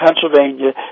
Pennsylvania